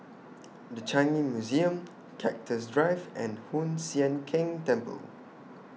The Changi Museum Cactus Drive and Hoon Sian Keng Temple